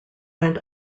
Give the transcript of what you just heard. went